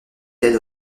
ted